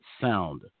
sound